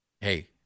hey